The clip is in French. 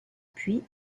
puy